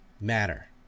matter